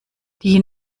die